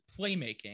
playmaking